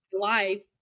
life